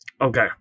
Okay